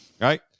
right